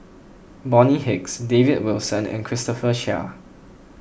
Bonny Hicks David Wilson and Christopher Chia